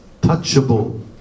touchable